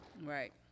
Right